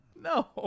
No